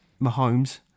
Mahomes